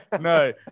No